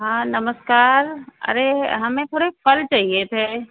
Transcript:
हाँ नमस्कार अरे हमें थोड़े फल चाहिए थे